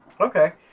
okay